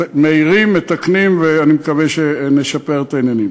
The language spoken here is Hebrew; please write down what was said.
מעירים, מתקנים, ואני מקווה שנשפר את העניינים.